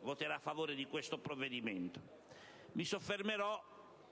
voterà a favore del provvedimento in esame. Mi soffermerò